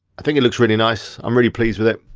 i think it looks really nice, i'm really pleased with it.